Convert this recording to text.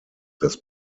des